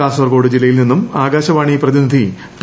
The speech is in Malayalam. കാസർകോട് ജില്ലയിൽ നിന്നും ആകാശവാണി പ്രതിനിധി പി